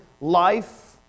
life